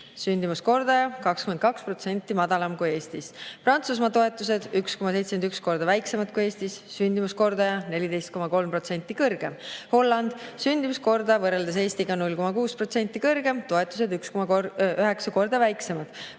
sündimuskordaja 22% madalam kui Eestis. Prantsusmaa, toetused 1,71 korda väiksemad kui Eestis, sündimuskordaja 14,3% kõrgem. Holland, sündimuskordaja võrreldes Eestiga 0,6% kõrgem, toetused 1,9 korda väiksemad.